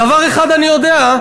דבר אחד אני יודע,